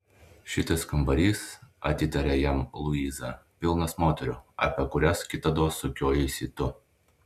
šitas kambarys atitarė jam luiza pilnas moterų apie kurias kitados sukiojaisi tu